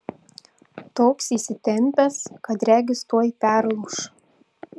toks įsitempęs kad regis tuoj perlūš